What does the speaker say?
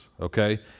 Okay